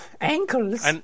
Ankles